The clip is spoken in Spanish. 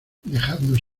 dejadnos